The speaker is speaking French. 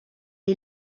est